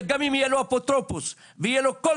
גם אם יהיה לו אפוטרופוס, תהיה חובה